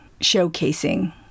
showcasing